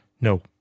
No